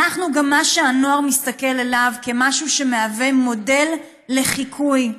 אנחנו גם מה שהנוער מסתכל אליו כמשהו שמהווה מודל לחיקוי.